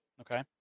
Okay